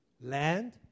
Land